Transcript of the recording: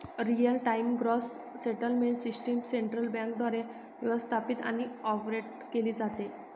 real time gross settlement system central बँकेद्वारे व्यवस्थापित आणि ऑपरेट केली जाते